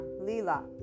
Lila